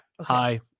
hi